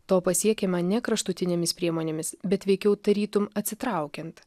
to pasiekiama ne kraštutinėmis priemonėmis bet veikiau tarytum atsitraukiant